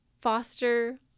foster